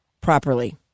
properly